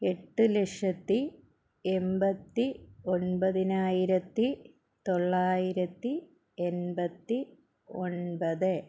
എട്ട് ലക്ഷത്തി എൺപത്തി ഒൻപതിനായിരത്തി തൊള്ളായിരത്തി എൺപത്തി ഒൻപത്